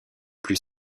plus